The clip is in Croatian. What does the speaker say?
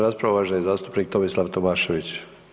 rasprava uvaženi zastupnik Tomislav Tomašević.